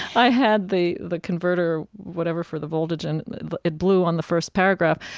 i had the the converter, whatever, for the voltage, and it blew on the first paragraph,